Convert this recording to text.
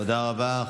תודה רבה.